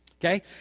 okay